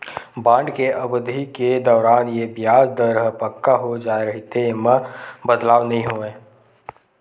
bond के अबधि के दौरान ये बियाज दर ह पक्का हो जाय रहिथे, ऐमा बदलाव नइ होवय